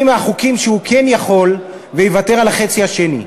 מהחוקים שהוא כן יכול ויוותר על החצי השני,